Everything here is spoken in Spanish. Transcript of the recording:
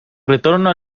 retorno